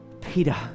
Peter